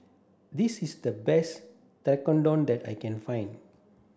this is the best Tekkadon that I can find